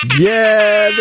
yeah.